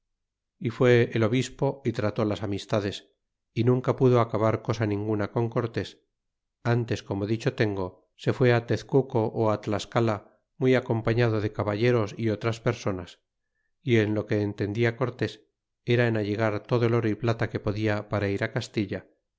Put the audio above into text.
y fué el obispo y traté las amistades y nunca pudo acabar cosa ninguna con cortés án tes como dicho tengo se fué tezcuco ó tlascala muy acompañado de caballeros é otras personas y en lo que entendia cortés era en allegar todo el oro y plata que podia para ir castilla